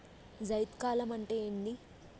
జైద్ కాలం అంటే ఏంది?